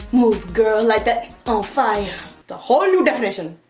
move girl like that, on fire the whole new definition.